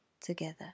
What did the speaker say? together